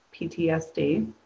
PTSD